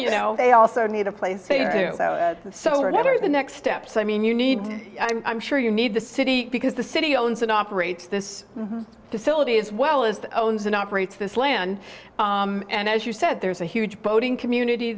you know they also need a place so what are the next steps i mean you need i'm sure you need the city because the city owns and operates this facility as well as owns and operates this land and as you said there's a huge boating community